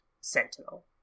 sentinel